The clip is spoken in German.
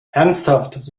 ernsthaft